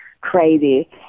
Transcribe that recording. crazy